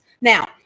Now